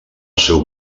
seu